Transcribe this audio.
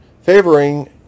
Favoring